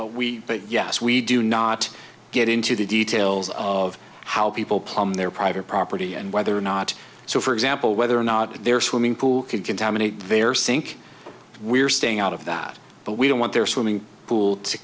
but we but yes we do not get into the details of how people palm their private property and whether or not so for example whether or not they're swimming pool could contaminate verso we're staying out of that but we don't want their swimming pool to